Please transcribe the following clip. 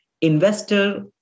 Investor